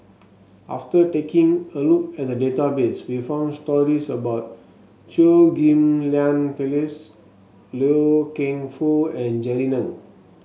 after taking a look at the database we found stories about Chew Ghim Lian Phyllis Loy Keng Foo and Jerry Ng